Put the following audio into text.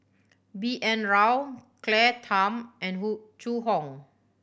B N Rao Claire Tham and Zhu Hong